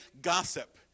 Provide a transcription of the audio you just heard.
gossip